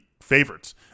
favorites